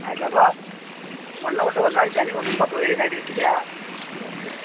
அதுக்கு தான்ப்பா ஒன்னுவுட்டு ஒரு நாளக்கு தண்ணி ஊத்தணும்ப்பா இப்போ வெயில் அடிக்கிறதுக்கு